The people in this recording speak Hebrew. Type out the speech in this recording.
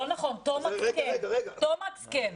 לא נכון, תומקס כן.